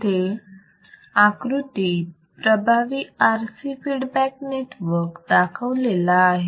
इथे आकृतीत प्रभावी RC फीडबॅक नेटवर्क दाखवलेला आहे